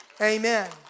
Amen